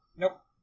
Nope